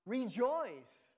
Rejoice